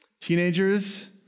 Teenagers